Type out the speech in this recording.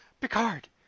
Picard